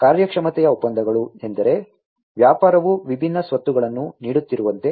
ಕಾರ್ಯಕ್ಷಮತೆಯ ಒಪ್ಪಂದಗಳು ಎಂದರೆ ವ್ಯಾಪಾರವು ವಿಭಿನ್ನ ಸ್ವತ್ತುಗಳನ್ನು ನೀಡುತ್ತಿರುವಂತೆ